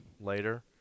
later